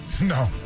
No